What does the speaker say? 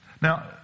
Now